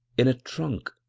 in a trunk,